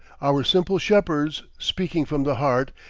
our simple shepherds, speaking from the heart,